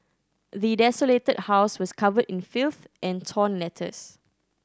the desolated house was covered in filth and torn letters